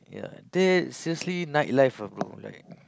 ya that seriously nightlife ah bro like